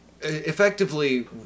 effectively